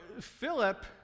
Philip